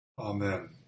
Amen